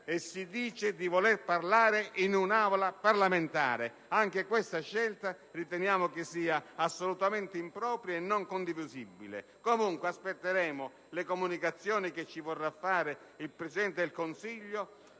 e si dice di voler parlare in una Aula parlamentare. Anche questa scelta riteniamo sia assolutamente impropria e non condivisibile. Comunque, aspetteremo le comunicazioni che il Presidente del Consiglio